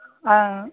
ஆ